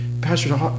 Pastor